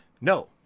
No